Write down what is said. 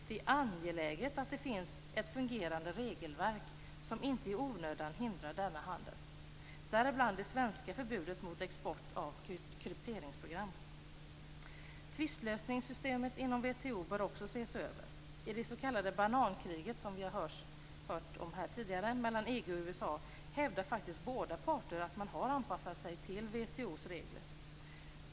Det är angeläget att det finns ett fungerande regelverk som inte i onödan hindrar denna handel - däribland det svenska förbudet mot export av krypteringsprogram. Tvistlösningssystemet inom WTO bör också ses över. I det s.k. banankriget mellan EU och USA hävdar båda parter att man har anpassat sig till WTO:s regler.